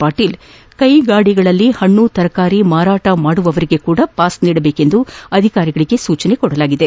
ಪಾಟೀಲ್ ಕೈಗಾಡಿಯಲ್ಲಿ ಪಣ್ಣು ತರಕಾರಿ ಮಾರಾಟ ಮಾಡುವವರಿಗೂ ಪಾಸ್ ನೀಡುವಂತೆ ಅಧಿಕಾರಿಗಳಿಗೆ ಸೂಚಿಸಲಾಗಿದೆ